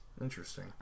Interesting